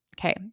Okay